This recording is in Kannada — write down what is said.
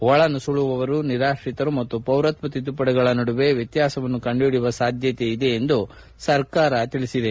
ಒಳನುಸುಳುವವರು ನಿರಾತ್ರಿತರು ಮತ್ತು ಪೌರತ್ವ ತಿದ್ದುಪಡಿಗಳ ನಡುವೆ ವ್ಯತ್ಯಾಸವನ್ನು ಕಂಡುಹಿಡಿಯುವ ಅವಶ್ನಕತೆ ಇದೆ ಎಂದು ಸರ್ಕಾರ ಹೇಳಿದೆ